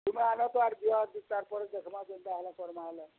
ତୁମେ ଆନ ତ ଆଗେ ଦିଅ ତା'ର୍ ପରେ ଦେଖ୍ମା ଯେନ୍ତା ହେଲେ କର୍ମା ହେଲେ